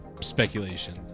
speculation